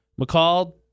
McCall